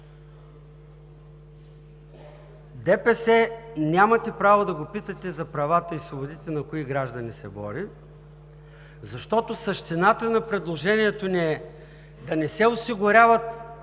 Нямате право да питате ДПС за правата и свободите на кои граждани се бори, защото същината на предложението ни е да не се осигуряват